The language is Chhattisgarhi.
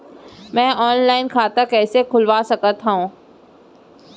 मैं ऑनलाइन खाता कइसे खुलवा सकत हव?